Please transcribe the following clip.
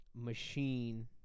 machine